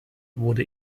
wurde